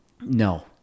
No